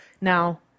Now